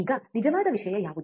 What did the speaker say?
ಈಗ ನಿಜವಾದ ವಿಷಯ ಯಾವುದು